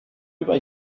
über